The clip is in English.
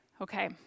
Okay